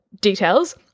details